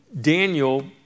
Daniel